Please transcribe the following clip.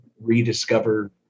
rediscover